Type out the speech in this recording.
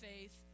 faith